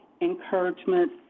encouragement